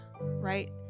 right